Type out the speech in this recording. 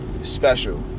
special